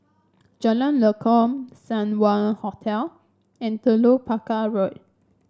Jalan Lekub Seng Wah Hotel and Telok Paku Road